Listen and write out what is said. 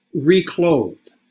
reclothed